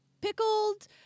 pickled